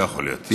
לא יכול להיות.